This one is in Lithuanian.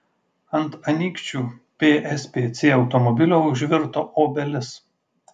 ant anykščių pspc automobilio užvirto obelis